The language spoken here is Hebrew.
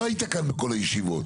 לא היית כאן בכל הישיבות,